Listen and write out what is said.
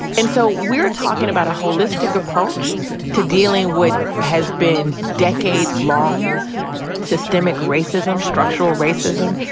and so we're talking about a holistic approach to dealing what has been decades-long systemic racism, structural racism,